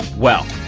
well,